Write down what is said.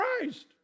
Christ